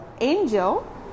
angel